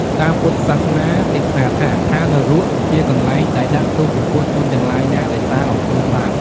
តាមពុទ្ធសាសនា ទេសនាថា ឋាននរកជាកន្លែងដែលដាក់ទោសចំពោះជនទាំងឡាយណាដែលសាងអំពីបាប។